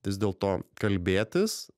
vis dėlto kalbėtis